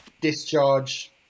Discharge